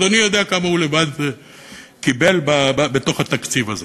אדוני יודע כמה הוא לבד קיבל בתוך התקציב הזה.